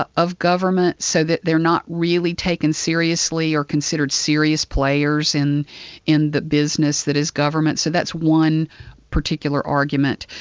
ah of government so that they are not really taken seriously or considered serious players in in the business that is government. so that's one particular argument.